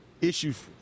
issues